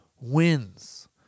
wins